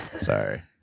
Sorry